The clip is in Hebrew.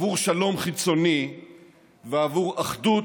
עבור שלום חיצוני ועבור אחדות,